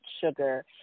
sugar